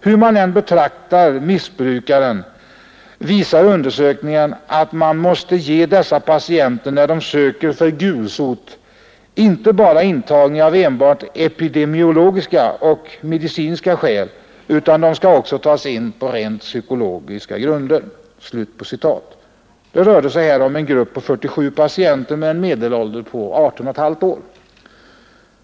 Hur man än betraktar missbrukaren, visar undersökningen att man måste ge dessa patienter, när de söker för gulsot inte bara intagning av enbart epidemiologiska och medicinska skäl utan de skall tas in på även rent psykologiska grunder.” Det rörde sig här om en grupp på 47 patienter med en medelålder på 18,5 år.